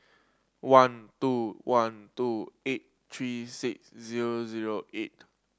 one two one two eight three six zero zero eight